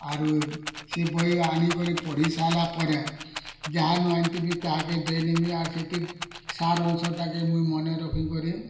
ଆରୁ ସେ ବହି ଆଣିକରି ପଢ଼ି ସାଇଲା ପରେ ଯାହାନୁ ଆଣିଥିମି ତାହାକେ ଦେଇନେମି ଆର୍ ସେଇଠି ସାର୍ ଅଂଶଟାକେ ମୁଇଁ ମନେ ରଖିକରି